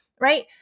right